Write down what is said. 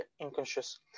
unconscious